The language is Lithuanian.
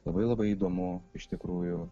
labai labai įdomu iš tikrųjų